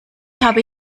habe